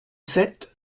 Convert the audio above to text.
sept